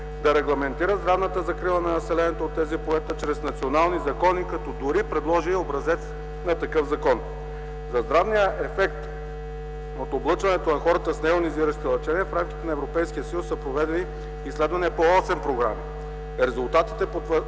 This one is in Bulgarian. да регламентира здравната закрила на населението от тези полета чрез национални закони, като дори предложи образец на такъв закон. За здравния ефект от облъчването на хората с нейонизиращи лъчения в рамките на Европейския съюз са проведени изследвания по осем програми. Резултатите потвърждават